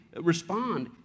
respond